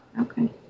Okay